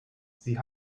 sie